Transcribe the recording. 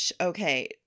Okay